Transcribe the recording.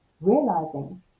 realizing